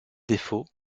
défauts